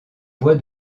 voie